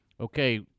okay